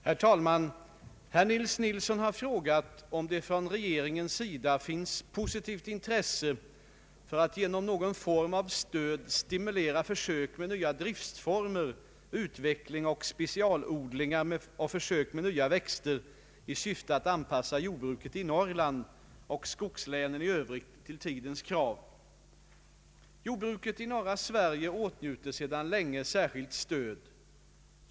Herr talman! Herr Nils Nilsson har frågat om det från regeringens sida finns positivt intresse för att genom någon form av stöd stimulera försök med nya driftsformer, utveckling och specialodlingar och försök med nya växter i syfte att anpassa jordbruket i Norrland, och skogslänen i övrigt, till tidens krav. Jordbruket i norra Sverige åtnjuter sedan länge särskilt stöd.